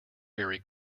very